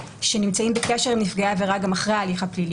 שנמצאים בקשר עם נפגעי עבירה גם אחרי ההליך הפלילי,